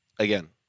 Again